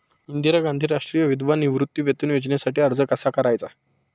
इंदिरा गांधी राष्ट्रीय विधवा निवृत्तीवेतन योजनेसाठी अर्ज कसा करायचा?